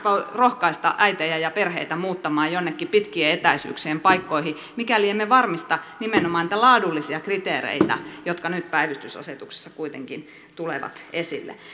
rohkaise äitejä ja perheitä muuttamaan jonnekin pitkien etäisyyksien paikkoihin mikäli emme varmista nimenomaan niitä laadullisia kriteereitä jotka nyt päivystysasetuksessa kuitenkin tulevat esiin